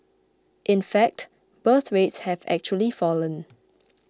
in fact birth rates have actually fallen